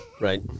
right